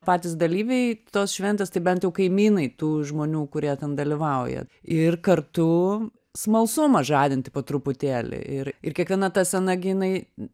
patys dalyviai tos šventės tai bent jau kaimynai tų žmonių kurie ten dalyvauja ir kartu smalsumą žadinanti po truputėlį ir ir kiekviena ta scena gi jinai